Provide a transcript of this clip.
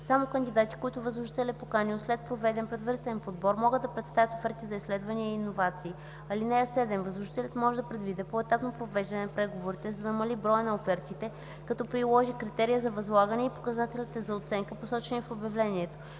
Само кандидати, които възложителят е поканил след проведен предварителен подбор, могат да представят оферти за изследвания и иновации. (7) Възложителят може да предвиди поетапно провеждане на преговорите, за да намали броя на офертите, като приложи критерия за възлагане и показателите за оценка, посочени в обявлението.